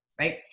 right